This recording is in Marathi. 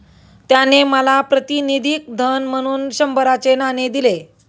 त्याने मला प्रातिनिधिक धन म्हणून शंभराचे नाणे दिले